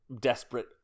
desperate